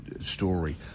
story